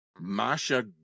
Masha